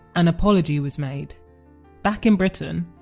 an apology was made back in britain,